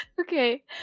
Okay